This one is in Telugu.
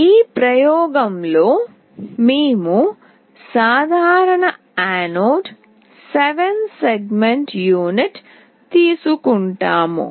ఈ ప్రయోగంలో మేము సాధారణ యానోడ్ 7 సెగ్మెంట్ యూనిట్ తీసుకుంటాము